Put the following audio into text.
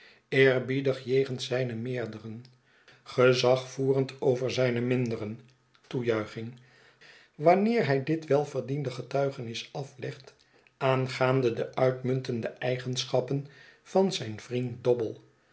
jegens zijne meerderen gezagvoerend over zijne minderen toejuiching wanneer hij dit welverdiende getuigenis aflegt aangaande de uitmuntende eigenschappen van zijn vriend dobble